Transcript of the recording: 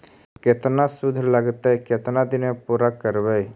केतना शुद्ध लगतै केतना दिन में पुरा करबैय?